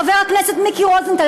חבר הכנסת מיקי רוזנטל,